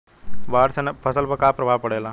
बाढ़ से फसल पर क्या प्रभाव पड़ेला?